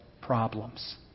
problems